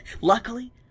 luckily